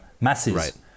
masses